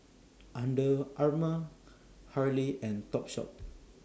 Under Armour Hurley and Topshop